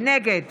נגד